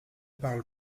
parle